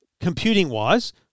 computing-wise